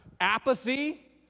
Apathy